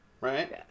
Right